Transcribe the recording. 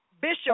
Bishop